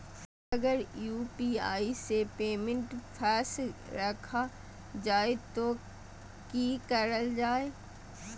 अगर यू.पी.आई से पेमेंट फस रखा जाए तो की करल जाए?